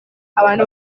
abantu